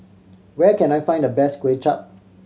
where can I find the best Kuay Chap